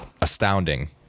astounding